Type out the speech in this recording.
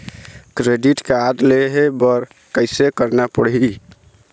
Credit card लेहे बर कैसे करना पड़ही?